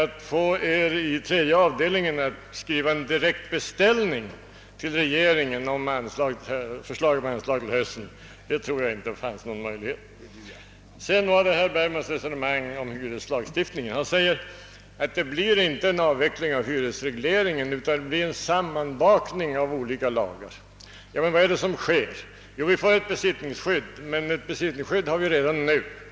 Att få er i tredje avdelningen att skriva en direkt beställning till regeringen på förslag om anslag till hösten tror jag dock inte varit möjligt. I sitt resonemang om hyreslagstiftningen säger herr Bergman att det inte blir någon avveckling av hyresregleringen utan en sammanbakning av olika lagar. Vad är det som sker? Vi får ett besittningsskydd, men det har vi redan nu.